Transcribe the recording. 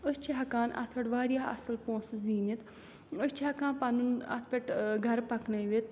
أسۍ چھِ ہٮ۪کان اَتھ پٮ۪ٹھ واریاہ اَصٕل پونٛسہٕ زیٖنِتھ أسۍ چھِ ہٮ۪کان پَنُن اَتھ پٮ۪ٹھ گَرٕ پَکنٲوِتھ